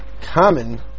common